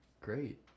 Great